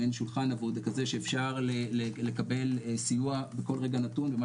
מאין שולחן כזה שאפשר לקבל סיוע בכל רגע נתון במה